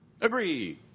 Agree